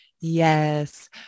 Yes